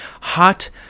hot